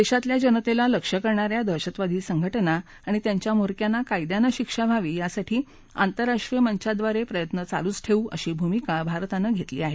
देशातल्या जनतेला लक्ष्य करणाऱ्या दहशतवादी संघटना आणि त्यांच्या म्होरक्यांना कायद्यानं शिक्षा व्हावी यासाठी आंतरराष्ट्रीय मंचांद्वारे प्रयत्न चालूच ठेऊ अशी भूमिका भारतानं घेतली आहे